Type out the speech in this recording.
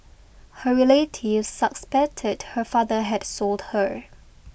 her relatives suspected her father had sold her